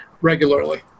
regularly